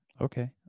Okay